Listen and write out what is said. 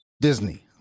Disney